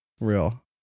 Real